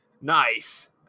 nice